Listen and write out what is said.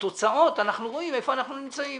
בתוצאות אנחנו רואים איפה אנחנו נמצאים.